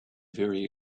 very